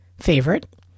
favorite